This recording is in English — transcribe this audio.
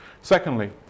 Secondly